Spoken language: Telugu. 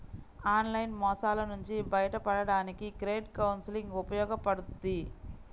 ఆన్లైన్ మోసాల నుంచి బయటపడడానికి క్రెడిట్ కౌన్సిలింగ్ ఉపయోగపడుద్ది